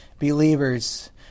believers